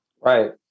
Right